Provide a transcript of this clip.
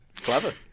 Clever